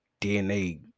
DNA